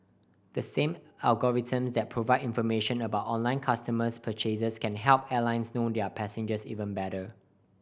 the same algorithms that provide information about online consumer purchases can help airlines know their passengers even better